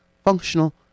Functional